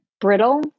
brittle